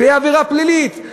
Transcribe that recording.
זה יהיה עבירה פלילית,